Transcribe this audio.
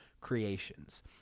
creations